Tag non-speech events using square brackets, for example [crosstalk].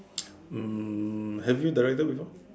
[noise] um have you directed before